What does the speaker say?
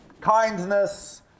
Kindness